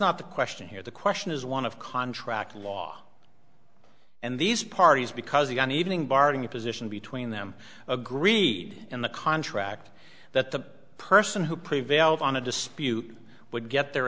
not the question here the question is one of contract law and these parties because the on evening bargaining position between them agreed in the contract that the person who prevailed on a dispute would get their